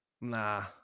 Nah